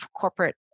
corporate